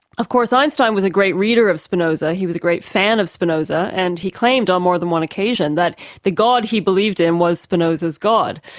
of course einstein was a great reader of spinoza, he was a great fan of spinoza, and he claimed on more than one occasion that the god he believed in was spinoza's god.